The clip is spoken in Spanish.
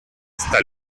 está